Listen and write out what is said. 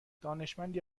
دانشمندی